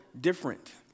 different